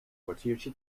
kwartiertje